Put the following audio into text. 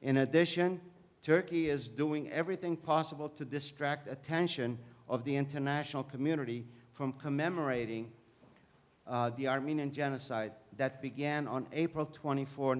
in addition turkey is doing everything possible to distract attention of the international community from commemorating the armenian genocide that began on april twenty four